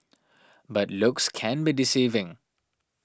but looks can be deceiving